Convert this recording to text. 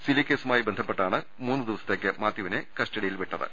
സിലി കേസുമായി ബന്ധപ്പെട്ടാണ് മൂന്ന് ദിവസത്തെക്ക് മാത്യുവിനെ കസ്റ്റ ഡിയിൽ വിട്ടത്